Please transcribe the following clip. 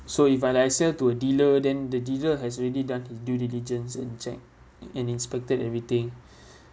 so if I like I sell to a dealer then the dealer has already done the due diligence and check and inspected everything